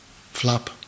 flap